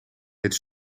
het